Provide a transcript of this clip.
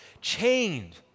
chained